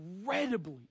incredibly